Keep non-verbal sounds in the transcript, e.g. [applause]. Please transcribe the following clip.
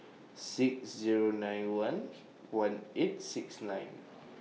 six Zero nine one [noise] one eight six nine